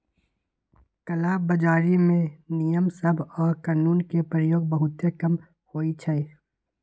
कला बजारी में नियम सभ आऽ कानून के प्रयोग बहुते कम होइ छइ